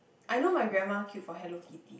I know my grandma queue for Hello-Kitty